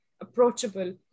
approachable